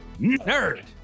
nerd